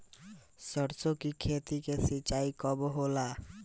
सरसों की खेती के सिंचाई कब होला?